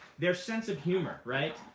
their sense of humor, right?